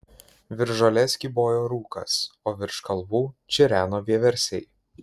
virš žolės kybojo rūkas o virš kalvų čireno vieversiai